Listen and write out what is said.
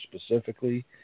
specifically